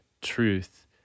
truth